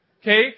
Okay